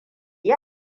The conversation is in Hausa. yi